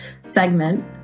segment